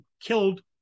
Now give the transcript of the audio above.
killed